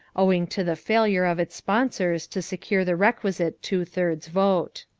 owing to the failure of its sponsors to secure the requisite two-thirds vote.